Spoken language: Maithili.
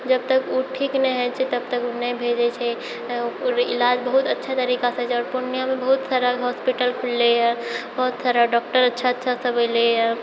जब तक उ ठीक नहि होइ छै तब तक उ नहि भेजै छै ओकर इलाज बहुत अच्छा तरीकासँ पूर्णियामे बहुत सारा हॉस्पिटल खुललैहँ बहुत सारा डॉक्टर अच्छा सब एलैहँ